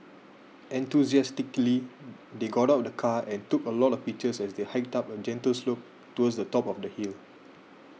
enthusiastically they got out of the car and took a lot of pictures as they hiked up a gentle slope towards the top of the hill